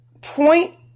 Point